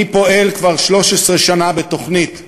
אני פועל כבר 13 שנה בתוכנית בעצמי,